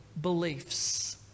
beliefs